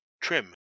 Trim